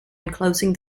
enclosing